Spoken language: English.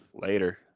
Later